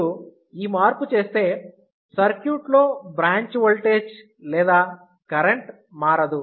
మీరు ఈ మార్పు చేస్తే సర్క్యూట్లో బ్రాంచ్ ఓల్టేజ్ లేదా కరెంట్ మారదు